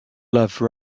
love